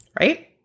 Right